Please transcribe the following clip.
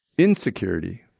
insecurity